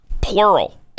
plural